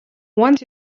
once